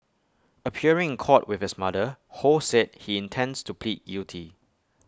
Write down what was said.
appearing in court with his mother ho said he intends to plead guilty